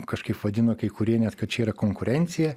kažkaip vadino kai kurie net kad čia yra konkurencija